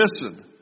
Listen